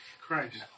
Christ